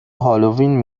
هالوین